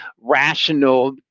rational